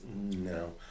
No